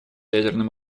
ядерным